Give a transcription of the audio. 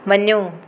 वञो